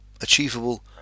achievable